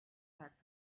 packed